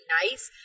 nice